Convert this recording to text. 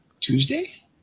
Tuesday